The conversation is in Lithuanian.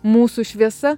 mūsų šviesa